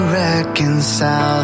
reconcile